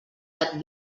gat